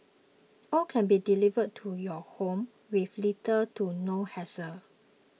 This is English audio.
all can be delivered to your home with little to no hassle